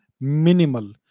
minimal